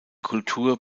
kultur